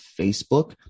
Facebook